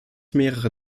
mehrere